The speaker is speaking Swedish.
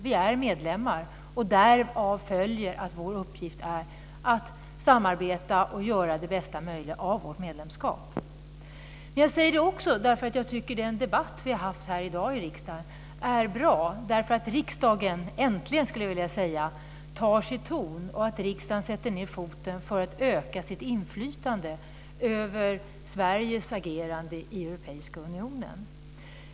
Vi är medlemmar, och därav följer att vår uppgift är att samarbeta och göra det bästa möjliga av vårt medlemskap. Jag säger det också för att jag tycker att den debatt som vi har haft här i riksdagen i dag är bra. Det är bra att riksdagen - äntligen, skulle jag vilja säga - tar sig ton och sätter ned foten för att öka sitt inflytande över Sveriges agerande i Europeiska unionen.